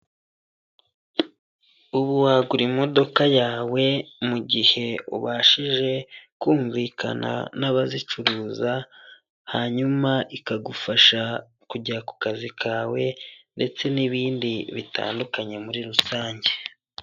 Ubu wagura imodoka yawe mu gihe ubashije kumvikana n'abazicuruza, hanyuma ikagufasha kujya ku kazi kawe ndetse n'ibindi bitandukanye muri rusange.